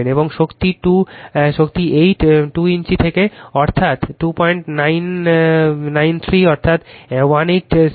এবং শক্তি 8 2 ইঞ্চি থেকে 293 অর্থাৎ 1875 ওয়াট